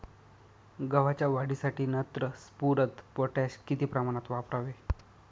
गव्हाच्या वाढीसाठी नत्र, स्फुरद, पोटॅश किती प्रमाणात वापरावे?